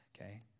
okay